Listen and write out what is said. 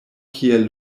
kiel